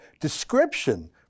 description